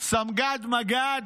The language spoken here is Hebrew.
סמג"ד, מג"ד,